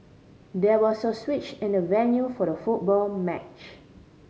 there was a switch in the venue for the football match